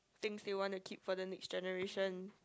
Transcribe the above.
things they want to keep for the next generation